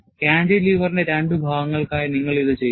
കാന്റിലിവറിന്റെ രണ്ട് ഭാഗങ്ങൾക്കായി നിങ്ങൾ ഇത് ചെയ്യുന്നു